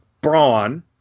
brawn